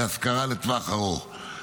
בהשכרה לטווח ארוך,